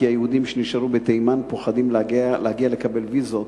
כי היהודים שנשארו בתימן פוחדים להגיע לקבל ויזות